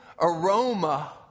aroma